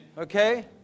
Okay